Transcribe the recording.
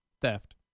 theft